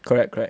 correct correct